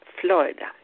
Florida